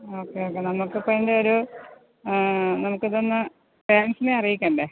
okay okay നമുക്ക് ഇപ്പോൾ ഇതിൻ്റെ ഒരു നമുക്ക് ഇതൊന്ന് പേരൻസിനെ അറിയിക്കേണ്ടേ